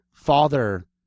father